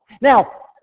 Now